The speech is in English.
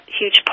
huge